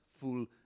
full